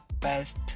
best